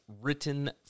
written